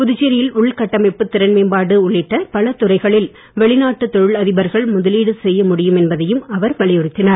புதுச்சேரியில் உள்கட்டமைப்பு திறன்மேம்பாடு உள்ளிட்ட பல துறைகளில் வெளிநாட்டு தொழில் அதிபர்கள் முதலீடு செய்ய முடியும் என்பதையும் அவர் வலியுறுத்தினார்